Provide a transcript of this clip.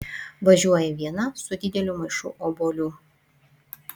važiuoja viena su dideliu maišu obuolių